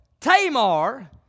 Tamar